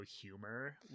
humor